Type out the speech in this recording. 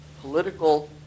political